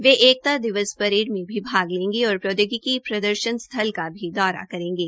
वह एकता दिवस परेड में भी भाग लेंगे और प्रौद्योगिकी प्रदर्शन स्थल का भी दौरा करेंगे